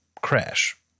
crash